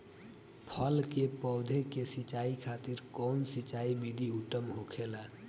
फल के पौधो के सिंचाई खातिर कउन सिंचाई विधि उत्तम होखेला?